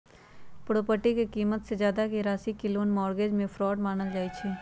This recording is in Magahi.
पोरपटी के कीमत से जादा के राशि के लोन मोर्गज में फरौड मानल जाई छई